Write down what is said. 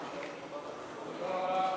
44),